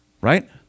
right